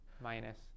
minus